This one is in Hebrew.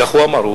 כך הוא אמר.